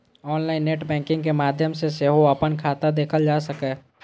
online net banking के माध्यम सं सेहो अपन खाता देखल जा सकैए